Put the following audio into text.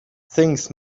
things